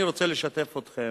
אני רוצה לשתף אתכם,